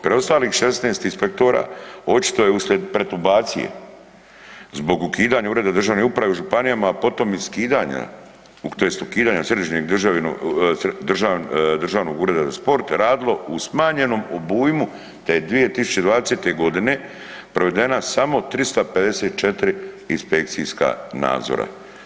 Preostalih 16 inspektora očito je uslijed pretumbacije zbog ukidanja ureda državne uprave u županijama, a potom i skidanja tj. ukidanja Središnjeg državnog ureda za sport radilo u smanjenom obujmu te je 2020. godine provedena samo 354 inspekcijska nadzora.